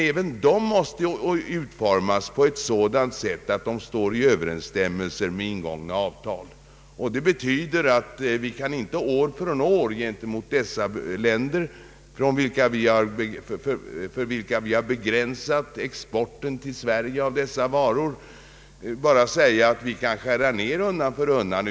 Även dessa utformas så att de står i överensstämmelse med ingångna avtal. Det betyder att vi inte år från år till dessa länder, för vilka vi har begränsat exporten till Sverige av de här varorna, bara kan säga att vi skall skära ned vår import undan för undan.